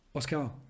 Oscar